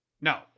No